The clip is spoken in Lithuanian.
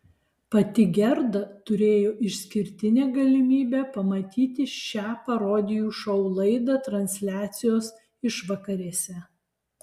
pati gerda turėjo išskirtinę galimybę pamatyti šią parodijų šou laidą transliacijos išvakarėse